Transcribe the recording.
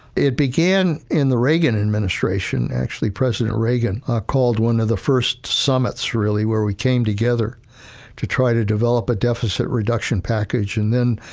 it began in the reagan administration, actually president reagan called one of the first summits, really, where we came together to try to develop a deficit reduction package. and then,